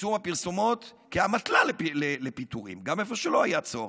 בצמצום הפרסומות כאמתלה לפיטורים גם איפה שלא היה צורך.